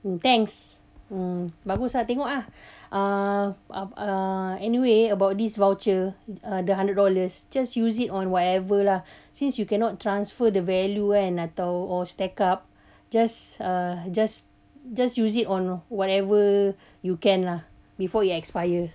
mm thanks um bagus ah tengok ah anyway about this voucher the hundred dollars just use it on wherever lah since you cannot transfer the value kan atau or stacked up just err just just use it on whatever you can lah before it expires